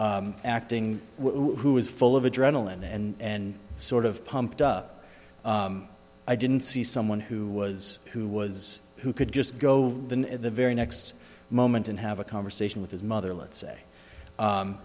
acting who is full of adrenaline and sort of pumped up i didn't see someone who was who was who could just go in at the very next moment and have a conversation with his mother let's say